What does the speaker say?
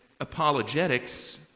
apologetics